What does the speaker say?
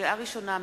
לקריאה ראשונה,